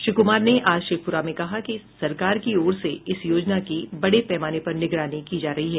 श्री कुमार ने आज शेखपुरा में कहा कि सरकार की ओर से इस योजना की बड़े पैमाने पर निगरानी की जा रही है